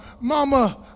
Mama